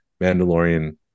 Mandalorian